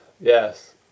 Yes